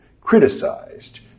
criticized